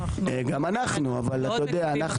גם אנחנו אבל אתה יודע,